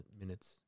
minutes